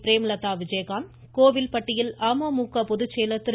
பிரேமலதா விஜய்காந்த் கோவில்பட்டியில் அமுக பொதுச்செயலர் திரு